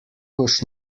boš